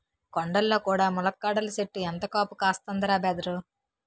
కొండల్లో కూడా ములక్కాడల సెట్టు ఎంత కాపు కాస్తందిరా బదరూ